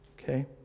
Okay